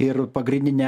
ir pagrindine